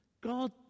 God